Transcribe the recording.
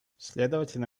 следовательно